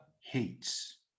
hates